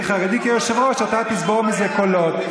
חרדי כיושב-ראש אתה תצבור מזה קולות.